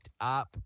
up